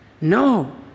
No